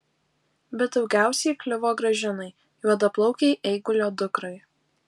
bet daugiausiai kliuvo gražinai juodaplaukei eigulio dukrai